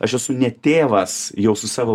aš esu ne tėvas jau su savo